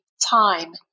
time